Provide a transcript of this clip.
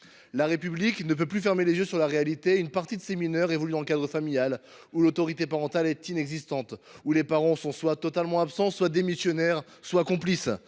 La République ne peut plus fermer les yeux sur la réalité : une partie de ces mineurs évolue dans un cadre familial où l’autorité parentale est inexistante, que les parents soient totalement absents, démissionnaires ou complices.